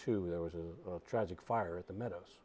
two there was a tragic fire at the meadows